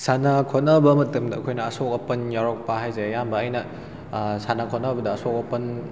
ꯁꯥꯟꯅ ꯈꯣꯠꯅꯕ ꯃꯇꯝꯗ ꯑꯩꯈꯣꯏꯅ ꯑꯁꯣꯛ ꯑꯄꯟ ꯌꯥꯎꯔꯛꯄ ꯍꯥꯏꯁꯦ ꯑꯌꯥꯝꯕ ꯑꯩꯅ ꯁꯥꯟꯅ ꯈꯣꯠꯅꯕꯗ ꯑꯁꯣꯛ ꯑꯄꯟ